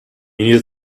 needed